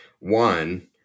One